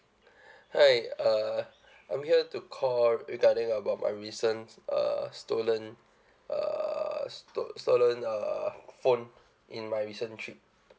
hi uh I'm here to call regarding about my recent uh stolen uh sto~ stolen uh phone in my recent trip